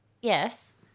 yes